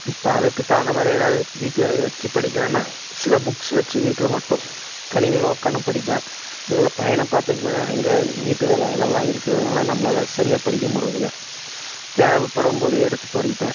இப்போ அதுக்கு தகுந்த மாதிரி எதாவது வீட்டில் வச்சி படிக்கிலான்னா சில புக்ஸு வச்சு வீட்டில் மட்டும் தனிமையில உக்கான்னு படிப்பேன் இதில் பையனை பார்த்துக்கணும் அங்கே வீட்டு வேலை அதெல்லாம் இருக்கிறனால நம்பளால் சரியாக படிக்க முடுறதில்ல தேவைப்படம்போது எடுத்து படிப்பேன்